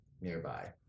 nearby